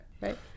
right